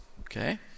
Okay